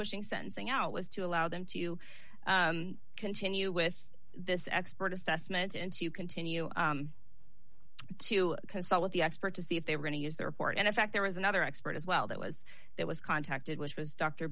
pushing sentencing out was to allow them to continue with this expert assessment and to continue to consult with the expert to see if they were going to use the report and in fact there was another expert as well that was that was contacted which was d